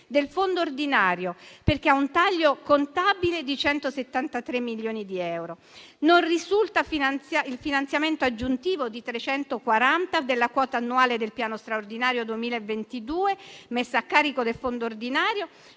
del fondo ordinario, perché ha un taglio contabile di 173 milioni di euro. Non risulta il finanziamento aggiuntivo di 340 della quota annuale del piano straordinario 2022, messo a carico del fondo ordinario,